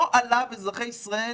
לא עליו אזרחי ישראל